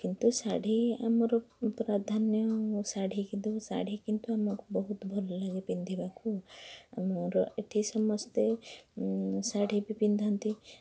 କିନ୍ତୁ ଶାଢ଼ୀ ଆମର ପ୍ରାଧାନ୍ୟ ଶାଢ଼ୀ କିନ୍ତୁ ଶାଢ଼ୀ କିନ୍ତୁ ଆମକୁ ବହୁତ ଭଲ ଲାଗେ ପିନ୍ଧିବାକୁ ଆମର ଏଇଠି ସମସ୍ତେ ଶାଢ଼ୀ ବି ପିନ୍ଧନ୍ତି